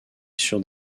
sur